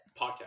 Podcast